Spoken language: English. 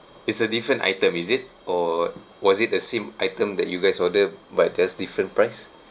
it's a different item is it or was it the same item that you guys ordered but just different price